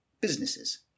businesses